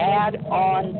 add-on